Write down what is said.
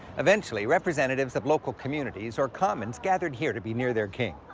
eventually, representatives of local communities or commons gathered here to be near their king.